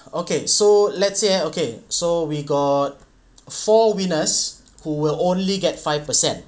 okay so let's say okay so we got four winners who will only get five percent